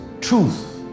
truth